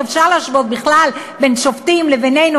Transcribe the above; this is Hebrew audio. איך אפשר להשוות בכלל בין שופטים לבינינו?